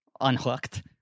Unhooked